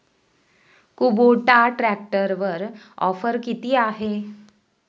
Kubota ट्रॅक्टरवर offer किती आहे?